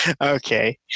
okay